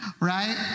Right